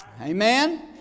Amen